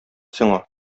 сиңа